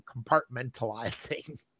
compartmentalizing